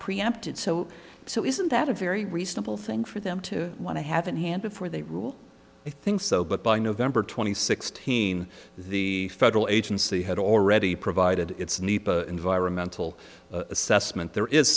preempted so so isn't that a very reasonable thing for them to want to have in hand before they rule i think so but by november twenty sixth hien the federal agency had already provided its nepa environmental assessment there is